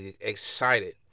excited